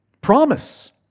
Promise